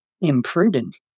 imprudent